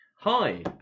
Hi